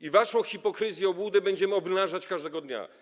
I waszą hipokryzję, obłudę będziemy obnażać każdego dnia.